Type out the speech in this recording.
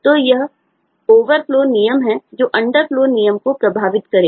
तो यह ओवरफ्लो नियम है जो अंडरफ्लो नियम को प्रभावित करेगा